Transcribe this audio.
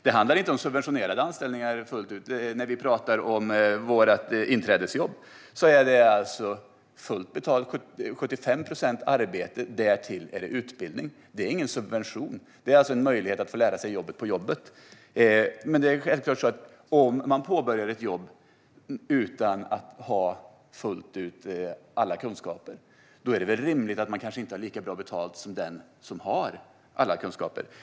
Det handlar inte fullt ut om subventionerade anställningar. Det inträdesjobb som vi talar om är fullt betalt - det är 75 procent arbete och därtill utbildning. Det är ingen subvention, utan det är en möjlighet att få lära sig jobbet på jobbet. Om man påbörjar ett jobb utan att ha alla kunskaper är det väl rimligt att man inte har lika bra betalt som den som har alla kunskaper?